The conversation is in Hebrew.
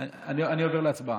אני עובר להצבעה.